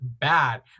bad